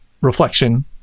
reflection